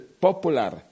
popular